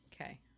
Okay